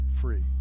free